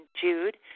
Jude